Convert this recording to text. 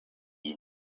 you